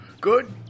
Good